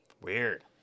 Weird